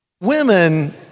Women